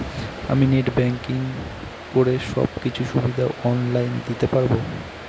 আমি net banking করে সব কিছু সুবিধা অন লাইন দিতে পারবো?